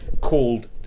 called